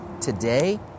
today